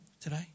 today